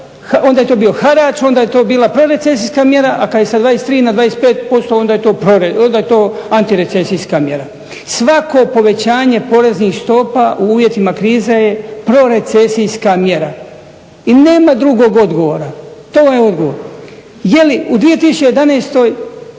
Onda je to bio harač, onda je to bila prorecesijska mjera, a kad je sa 23 na 25% onda je to anti recesijska mjera. Svako povećanje poreznih stopa u uvjetima krize je pro recesijska mjera. I nema drugog odgovora. To je odgovor. Je li u 2011.